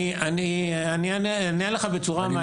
אני אענה לך בצורה מעניינת.